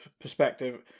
perspective